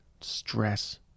stress